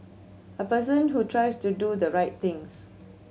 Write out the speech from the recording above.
a person who tries to do the right things